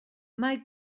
mae